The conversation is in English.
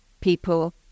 people